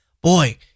boy